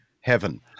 heaven